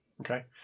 Okay